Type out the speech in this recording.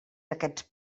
aquests